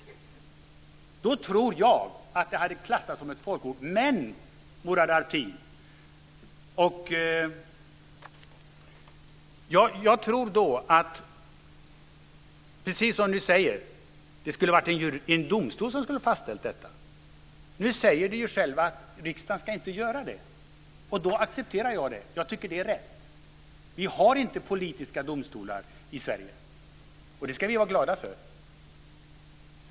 Då tror jag att det hade klassats som ett folkmord. Men det är precis som Murad Artin säger. Det skulle ha varit en domstol som fastställt detta. Nu säger ni själva att riksdagen inte ska göra det, och då accepterar jag det. Jag tycker att det är rätt. Vi har inte politiska domstolar i Sverige, och det ska vi vara glada för.